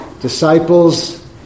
disciples